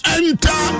enter